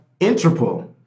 Interpol